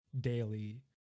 daily